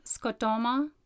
scotoma